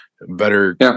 better